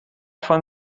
von